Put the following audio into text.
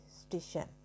station